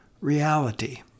reality